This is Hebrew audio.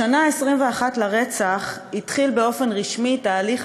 בשנה ה-21 לרצח התחיל באופן רשמי תהליך